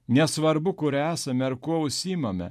nesvarbu kur esame ar kuo užsiimame